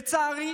לצערי,